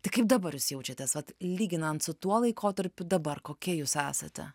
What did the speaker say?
tai kaip dabar jūs jaučiatės vat lyginant su tuo laikotarpiu dabar kokia jūs esate